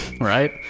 right